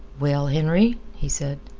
well, henry, he said,